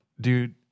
dude